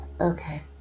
okay